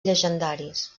llegendaris